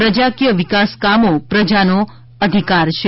પ્રજાકીય વિકાસ કામો પ્રજાનો અધિકાર છે